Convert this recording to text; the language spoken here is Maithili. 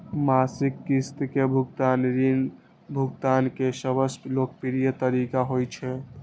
मासिक किस्त के भुगतान ऋण भुगतान के सबसं लोकप्रिय तरीका होइ छै